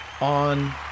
on